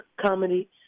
comedy